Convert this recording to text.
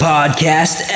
Podcast